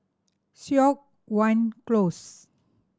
Siok Wan Close